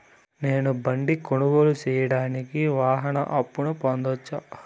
నేను బండి కొనుగోలు సేయడానికి వాహన అప్పును పొందవచ్చా?